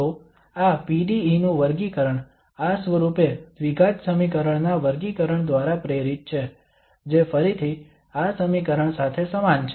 તો આ PDEનું વર્ગીકરણ આ સ્વરૂપે દ્વિઘાત સમીકરણના વર્ગીકરણ દ્વારા પ્રેરિત છે જે ફરીથી આ સમીકરણ સાથે સમાન છે